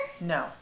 No